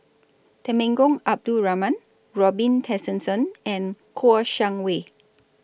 Temenggong Abdul Rahman Robin Tessensohn and Kouo Shang Wei